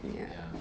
ya